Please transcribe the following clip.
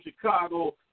Chicago